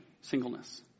singleness